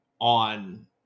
on